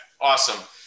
Awesome